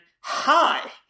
hi